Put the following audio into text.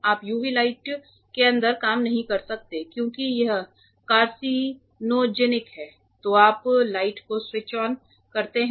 आप UV light के अंदर काम नहीं कर सकते क्योंकि यह कार्सिनोजेनिक है तो आप लाइट को स्विच ऑन करते हैं